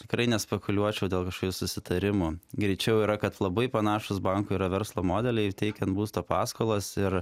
tikrai nespekuliuočiau dėl kažkokio susitarimo greičiau yra kad labai panašūs bankų yra verslo modeliai ir teikiant būsto paskolas ir